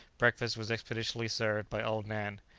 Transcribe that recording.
breakfast was expeditiously served by old nan.